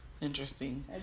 Interesting